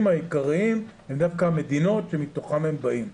העיקריים הן דווקא המדינות שמתוכם הם באים.